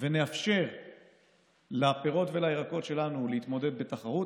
ונאפשר לפירות ולירקות שלנו להתמודד בתחרות.